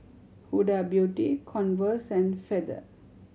Huda Beauty Converse and Feather